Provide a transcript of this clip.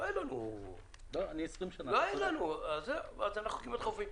לא היה לנו --- אני 20 שנה --- אז אנחנו כמעט חופפים.